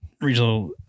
regional